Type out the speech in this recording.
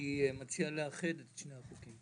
אני מציע לאחד את שני החוקים.